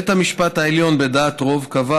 בית המשפט העליון, בדעת רוב, קבע